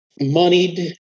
moneyed